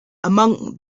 among